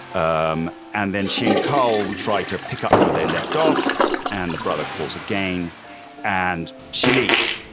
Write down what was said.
um and then she and cole try to pick up where they left off and the brother calls again and she leaves